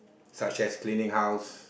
such as cleaning house